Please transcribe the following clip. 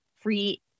free